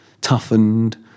toughened